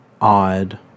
odd